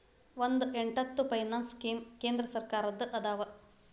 ಒಂದ್ ಎಂಟತ್ತು finance scheme ಕೇಂದ್ರ ಸರ್ಕಾರದ್ದ ಅದಾವ